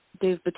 Dave